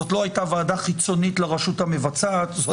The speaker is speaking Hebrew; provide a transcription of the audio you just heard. זאת לא הייתה ועדה חיצונית לרשות המבצעת אלא זו